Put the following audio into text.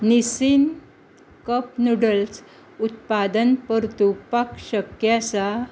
Nissin cup noodles उत्पादन परतुवपाक शक्य आसा